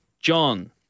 John